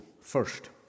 First